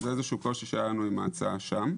זה קושי שהיה לנו עם ההצעה שם.